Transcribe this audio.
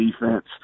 defense